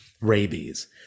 rabies